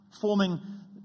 forming